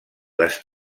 les